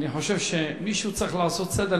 אני חושב שמישהו צריך לעשות סדר,